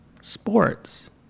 sports